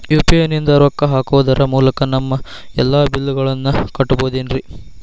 UPI ನಿಂದ ರೊಕ್ಕ ಹಾಕೋದರ ಮೂಲಕ ನಮ್ಮ ಎಲ್ಲ ಬಿಲ್ಲುಗಳನ್ನ ಕಟ್ಟಬಹುದೇನ್ರಿ?